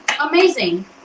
amazing